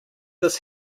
this